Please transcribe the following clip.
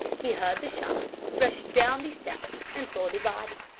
he heard the shot, rushed down the steps and saw the body.